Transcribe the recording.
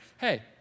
Hey